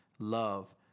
love